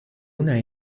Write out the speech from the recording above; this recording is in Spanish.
una